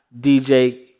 DJ